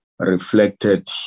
reflected